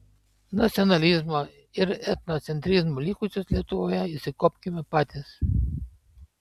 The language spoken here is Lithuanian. nacionalizmo ir etnocentrizmo likučius lietuvoje išsikuopkime patys